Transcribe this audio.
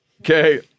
Okay